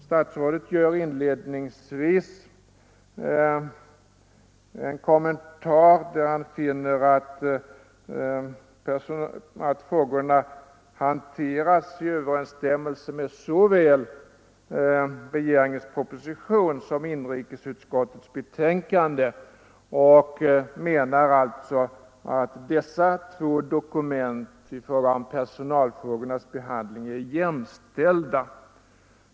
Statsrådet gör inledningsvis en kommentar, där han säger att frågorna hanteras i överensstämmelse med såväl regeringens proposition som inrikesutskottets betänkande, och menar alltså att dessa två dokument i fråga om personalfrågornas behandling är jämställda.